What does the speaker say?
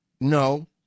No